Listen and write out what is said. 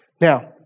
Now